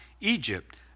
Egypt